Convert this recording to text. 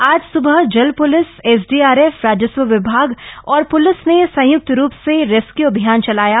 आज सूबह जल प्लिस एसडी आरएफ राजस्व विभाग और प्लिस ने संयुक्त रूप से रेस्क्यू अभियान चलाया गया